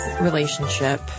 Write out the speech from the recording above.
relationship